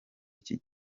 iki